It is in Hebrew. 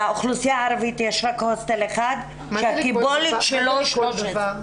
לאוכלוסייה הערבית יש רק הוסטל אחד שהקיבולת שלו היא 13. מה זה לכל דבר?